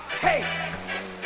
Hey